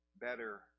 better